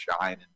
shine